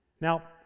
Now